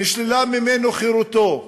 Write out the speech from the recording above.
נשללה ממנו חירותו,